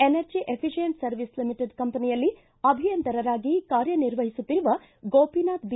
energy efficient service limited ಕಂಪನಿಯಲ್ಲಿ ಅಭಿಯಂತರರಾಗಿ ಕಾರ್ಯ ನಿರ್ವಹಿಸುತ್ತಿರುವ ಗೋಪಿನಾಥ್ ಬಿ